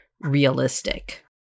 realistic